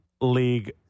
league